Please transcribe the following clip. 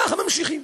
ככה ממשיכים,